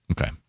Okay